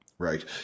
Right